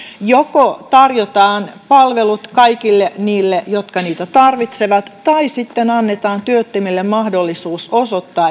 joko tarjotaan palvelut kaikille niille jotka niitä tarvitsevat tai sitten annetaan työttömille mahdollisuus osoittaa